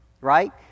right